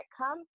Come